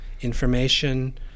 information